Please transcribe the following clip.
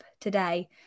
today